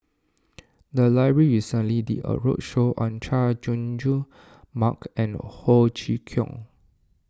the library recently did a roadshow on Chay Jung Jun Mark and Ho Chee Kong